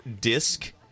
disc